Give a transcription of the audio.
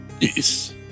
Yes